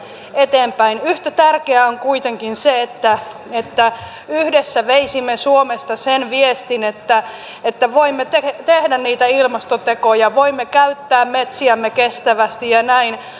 eteenpäin yhtä tärkeää on kuitenkin se että että yhdessä veisimme suomesta sen viestin että että voimme tehdä niitä ilmastotekoja voimme käyttää metsiämme kestävästi ja